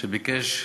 הוא ביקש,